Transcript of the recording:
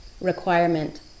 requirement